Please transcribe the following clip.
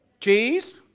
Cheese